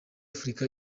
afurika